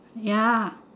ya